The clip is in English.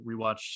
rewatch